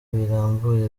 birambuye